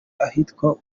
ahitwa